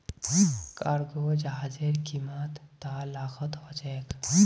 cargo जहाजेर कीमत त लाखत ह छेक